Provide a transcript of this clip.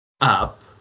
up